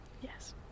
Yes